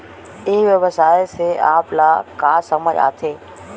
ई व्यवसाय से आप ल का समझ आथे?